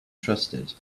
trusted